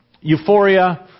euphoria